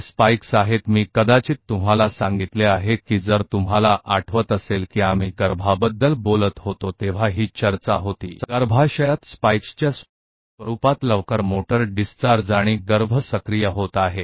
ये स्पाइक हैं शायद मैंने आपको बताया था कि अगर आपको याद होगा जब हम गर्भ की बात कर रहे थे तब यह चर्चा हुई थी कि गर्भ के भीतर और भ्रूण सक्रिय हो रहा है तो स्पाइक के रूप में प्रारंभिक मोटर डिस्चार्ज होता है